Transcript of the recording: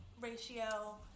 ratio